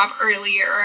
earlier